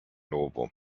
novum